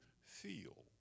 feel